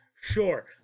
Sure